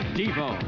devo